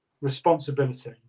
responsibility